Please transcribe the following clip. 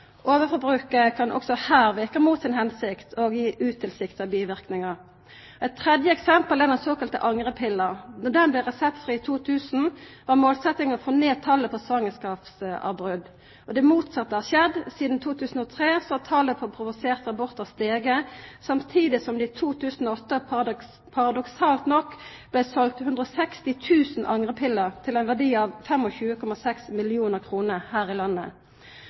Overforbruket kan også her verka mot si hensikt og gi utilsikta biverknader. Eit tredje eksempel er den såkalla angrepilla. Då ho blei reseptfri i 2000, var målsetjinga å få ned talet på svangerskapsavbrot. Det motsette har skjedd. Sidan 2003 har talet på provoserte abortar stige, samstundes som det i 2008 paradoksalt nok blei selt 160 000 angrepiller til ein verdi av 25,6 mill. kr her i landet.